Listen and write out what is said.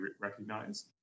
recognize